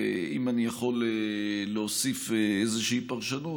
ואם אני יכול להוסיף איזושהי פרשנות,